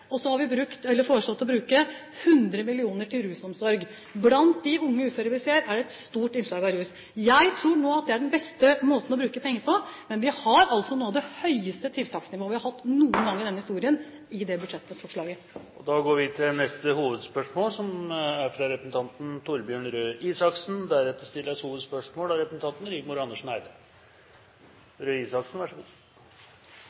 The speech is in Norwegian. foreslått å bruke 100 mill. kr til rusomsorg. Vi ser at blant de unge uføre er det et stort innslag av rusmisbruk. Jeg tror nå det er den beste måten å bruke penger på, og vi har altså noe av det høyeste tiltaksnivået noen gang i historien i dette budsjettforslaget. Vi går til neste hovedspørsmål. Jeg må bare avlegge en bitte liten visitt til det forrige spørsmålet. Slik jeg oppfatter svaret fra